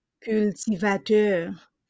cultivateur